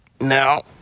now